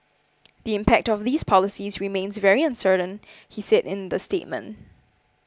the impact of these policies remains very uncertain he said in the statement